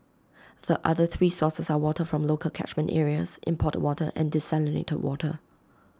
the other three sources are water from local catchment areas imported water and desalinated water